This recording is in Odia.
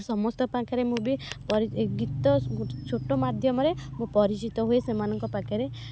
ସମସ୍ତଙ୍କ ପାଖରେ ମୁଁ ବି ଗୀତ ଛୋଟ ମାଧ୍ୟମରେ ମୁଁ ପରିଚିତ ହୁଏ ସେମାନଙ୍କ ପାଖରେ